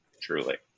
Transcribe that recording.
Truly